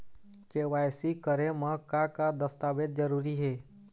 KYC करे म का का दस्तावेज जरूरी हे?